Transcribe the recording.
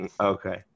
Okay